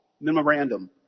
Memorandum